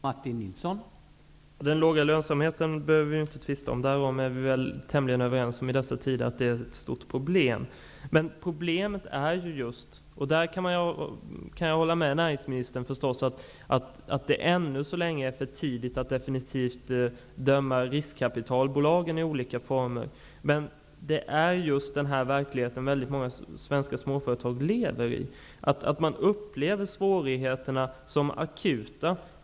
Herr talman! Den låga lönsamheten behöver vi inte tvista om. Vi är väl i dessa tider tämligen överens om att det är ett stort problem. Jag kan hålla med näringsministern om att det ännu så länge är för tidigt att definitivt döma de olika formerna av riskkapitalbolag. Men många svenska småföretag upplever svårigheterna som akuta.